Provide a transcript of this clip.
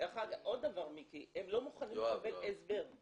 עוד דבר, הם לא מוכנים לקבל הסבר.